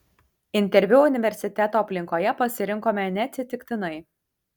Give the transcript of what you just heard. interviu universiteto aplinkoje pasirinkome neatsitiktinai